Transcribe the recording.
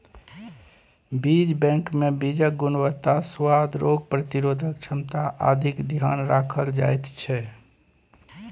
बीज बैंकमे बीजक गुणवत्ता, सुआद, रोग प्रतिरोधक क्षमता आदिक ध्यान राखल जाइत छै